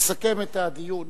לסכם את הדיון.